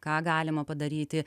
ką galima padaryti